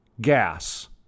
gas